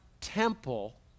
temple